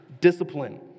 discipline